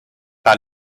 par